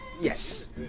Yes